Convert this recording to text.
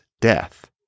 death